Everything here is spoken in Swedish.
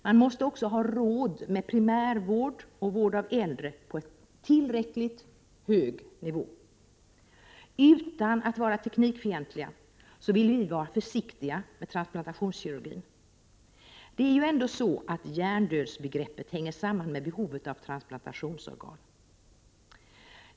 Man måste också ha råd med primärvård och vård av äldre på en tillräckligt hög nivå. Utan att vara teknikfientliga vill vi vara försiktiga med transplantationskirurgin. Hjärndödsbegreppet hänger ändå samman med behovet av transplantationsorgan.